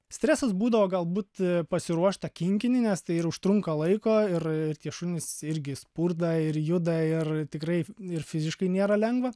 stresas būdavo galbūt pasiruošt tą kinkinį nes tai ir užtrunka laiko ir tie šunys irgi spurda ir juda ir tikrai ir fiziškai nėra lengva